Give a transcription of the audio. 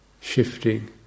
shifting